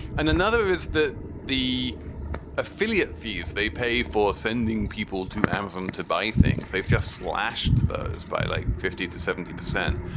and another is that the affiliate fees they pay for sending people to amazon to buy things. they've just slashed those by like fifty to seventy percent,